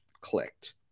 clicked